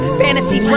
fantasy